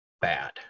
bad